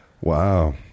wow